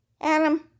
Adam